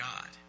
God